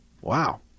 Wow